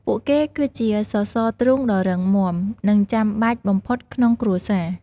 ពួកគេគឺជាសសរទ្រូងដ៏រឹងមាំ និងចាំបាច់បំផុតក្នុងគ្រួសារ។